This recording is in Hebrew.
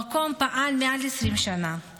המקום פעל מעל 20 שנה,